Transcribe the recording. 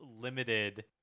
limited